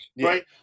right